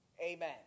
Amen